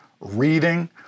reading